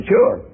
Sure